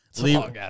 Leave